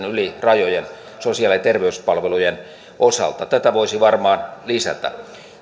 yli rajojen sosiaali ja terveyspalvelujen osalta tätä voisi varmaan lisätä